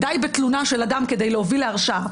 די בתלונה של אדם כדי להוביל להרשעה,